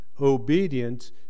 obedience